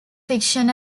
fiction